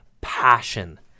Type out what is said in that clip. passion